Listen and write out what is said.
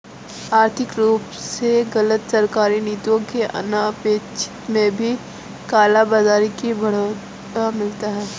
आर्थिक रूप से गलत सरकारी नीतियों के अनपेक्षित में भी काला बाजारी को बढ़ावा मिलता है